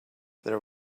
there